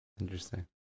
Interesting